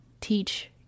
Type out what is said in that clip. teach